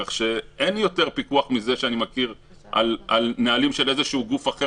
כך שאין פיקוח גדול מזה על נהלים של איזשהו גוף אחר